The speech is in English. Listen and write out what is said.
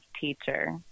teacher